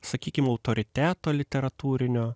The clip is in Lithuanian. sakykim autoriteto literatūrinio